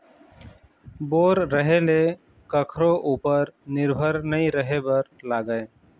bore रहें ले कखरो उपर निरभर नइ रहे बर लागय